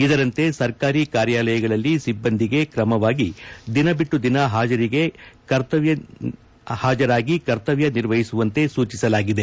ಇದರಂತೆ ಸರ್ಕಾರಿ ಕಾರ್ಯಾಲಯಗಳಲ್ಲಿ ಸಿಬ್ಬಂದಿಗೆ ಕ್ರಮವಾಗಿ ದಿನಬಿಟ್ಟು ದಿನ ಹಾಜರಾಗಿ ಕರ್ತವ್ಯ ನಿರ್ವಹಿಸುವಂತೆ ಸೂಚಿಸಲಾಗಿದೆ